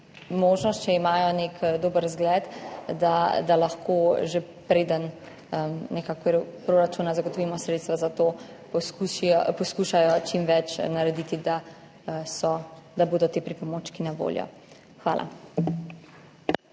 možnost, če imajo nek dober vzgled, da lahko, že preden prek proračuna zagotovimo sredstva za to, poskušajo čim več narediti za to, da bodo ti pripomočki na voljo. Hvala.